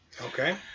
Okay